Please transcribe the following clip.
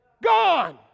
Gone